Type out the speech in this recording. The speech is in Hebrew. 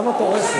למה את הורסת?